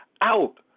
out